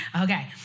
Okay